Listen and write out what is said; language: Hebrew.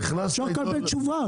אפשר לקבל תשובה,